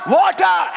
water